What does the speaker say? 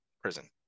prison